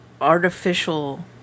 artificial